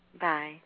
bye